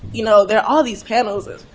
you know, there are all these panels of,